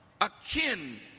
akin